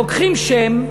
לוקחים שם,